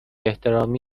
احترامی